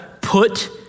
put